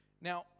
Now